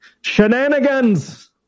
shenanigans